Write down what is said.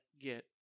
get